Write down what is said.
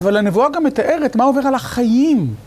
אבל הנבואה גם מתארת מה עובר על החיים.